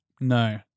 No